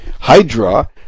hydra